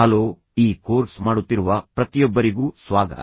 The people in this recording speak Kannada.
ಹಲೋ ಮೊದಲಿನಿಂದಲೂ ಈಗ ಈ ಕೋರ್ಸ್ ಮಾಡುತ್ತಿರುವ ಪ್ರತಿಯೊಬ್ಬರಿಗೂ ಸ್ವಾಗತ